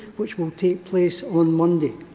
which will take place on monday.